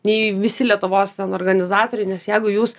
nei visi lietuvos organizatoriai nes jeigu jūs